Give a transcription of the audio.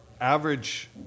average